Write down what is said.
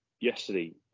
yesterday